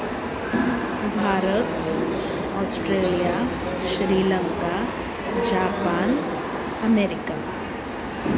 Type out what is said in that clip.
भारतम् Australia Sri Lanka Japan America